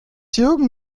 jürgen